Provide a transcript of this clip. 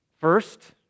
First